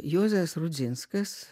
juozas rudzinskas